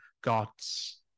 gods